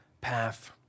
path